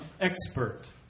expert